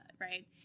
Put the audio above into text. right